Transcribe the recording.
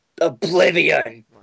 oblivion